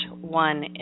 one